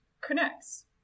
connects